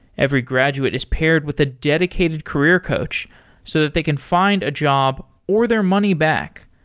every graduate is paired with a dedicated career coach so that they can find a job or their money back.